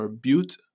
Butte